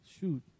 shoot